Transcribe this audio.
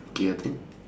K your turn